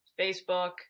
Facebook